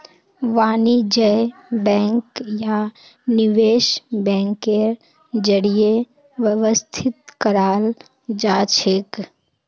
वाणिज्य बैंक या निवेश बैंकेर जरीए व्यवस्थित कराल जाछेक